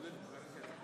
חוק ומשפט.